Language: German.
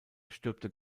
stürmte